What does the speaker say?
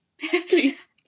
Please